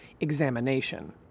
examination